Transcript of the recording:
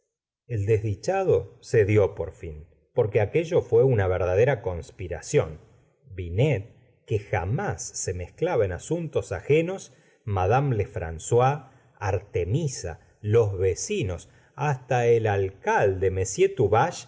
el desdichado cedió por fin porque aquello fué una verdadera conspiración binet que jamás se mezclaba en asuntos ajenos madame lefrancois artemisa los vecinos hasta el alcalde m